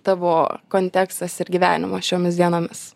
tavo kontekstas ir gyvenimas šiomis dienomis